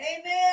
Amen